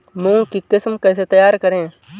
मूंग की किस्म कैसे तैयार करें?